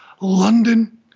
London